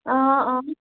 آ آ